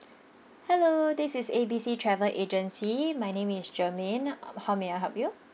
hello this is A B C travel agency my name is germaine how may I help you